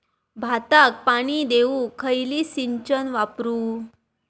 भाताक पाणी देऊक खयली सिंचन वापरू?